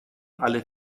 alle